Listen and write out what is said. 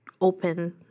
open